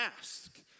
ask